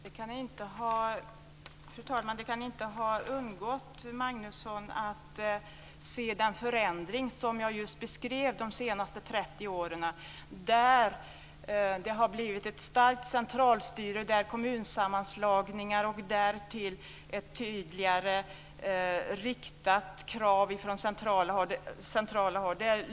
Fru talman! Den förändring som skett under de senaste 30 åren och som jag just beskrev kan inte ha undgått Göran Magnusson. Det har blivit ett starkt centralstyre som följd av kommunsammanslagningar och därtill ett tydligare riktat krav från centralt håll.